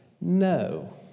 no